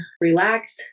relax